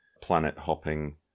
planet-hopping